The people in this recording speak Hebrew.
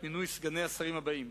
אישרה היום את מינוי סגני השרים הבאים: